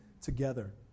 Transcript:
together